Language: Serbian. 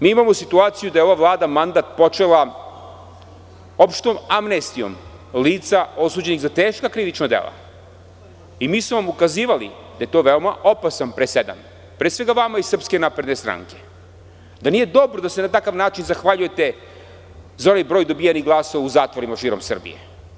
Mi imamo situaciju da je ova Vlada mandat počela opštom amnestijom lica osuđenih za teška krivična dela i ukazivali smo vam da je to veoma opasan presedan, pre svega vama iz SNS, da nije dobro da se na takav način zahvaljujete za onaj broj dobijenih glasova u zatvorima širom Srbije.